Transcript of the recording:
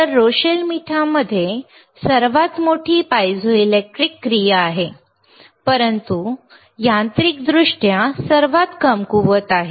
तर रोशेल मीठामध्ये सर्वात मोठी पायझोइलेक्ट्रिक क्रिया आहे परंतु यांत्रिकदृष्ट्या सर्वात कमकुवत आहे